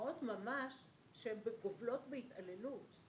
דוגמאות ממש שהן גובלות בהתעללות.